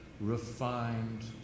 Refined